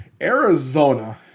Arizona